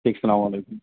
السلام علیکم